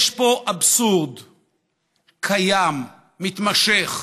יש פה אבסורד קיים, מתמשך,